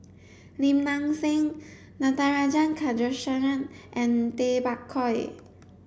Lim Nang Seng Natarajan Chandrasekaran and Tay Bak Koi